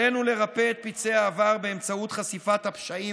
עלינו לרפא את פצעי העבר באמצעות חשיפת הפשעים